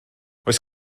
oes